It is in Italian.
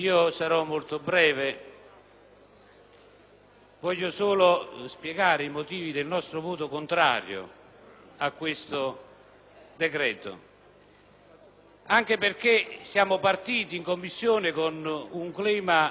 voglio solo spiegare i motivi del nostro voto contrario a questo decreto, visto che siamo partiti in Commissione con un clima, come ho detto ieri, costruttivo: